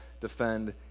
defend